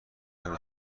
رنده